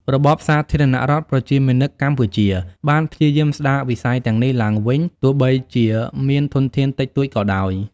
របបសាធារណរដ្ឋប្រជាមានិតកម្ពុជា បានព្យាយាមស្ដារវិស័យទាំងនេះឡើងវិញ ទោះបីជាមានធនធានតិចតួចក៏ដោយ។